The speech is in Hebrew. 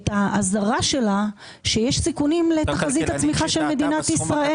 את האזהרה שלה שיש סיכונים לתחזית הצמיחה של מדינת ישראל.